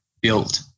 built